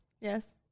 Yes